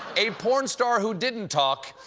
a porn star who didn't talk,